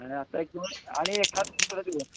आणि आता एक दोन आणि एखाद दुसरा दिवस